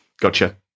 Gotcha